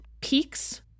peaks